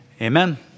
Amen